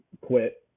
quit